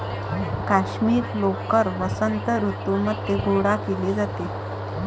काश्मिरी लोकर वसंत ऋतूमध्ये गोळा केली जाते